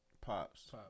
Pops